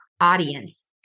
audience